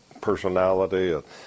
personality